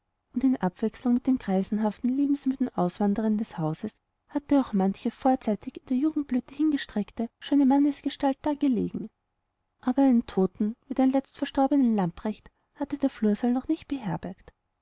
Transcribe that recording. und in abwechselung mit den greisenhaften lebensmüden auswanderern des hauses hatte auch manche vorzeitig in der jugendblüte hingestreckte schöne mannesgestalt da gelegen aber einen toten wie den letztverstorbenen lamprecht hatte der flursaal noch nicht beherbergt